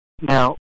Now